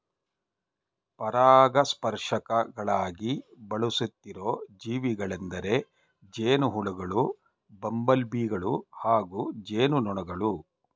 ಪರಾಗಸ್ಪರ್ಶಕಗಳಾಗಿ ಬಳಸುತ್ತಿರೋ ಜೀವಿಗಳೆಂದರೆ ಜೇನುಹುಳುಗಳು ಬಂಬಲ್ಬೀಗಳು ಹಾಗೂ ಜೇನುನೊಣಗಳು